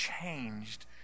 changed